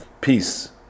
peace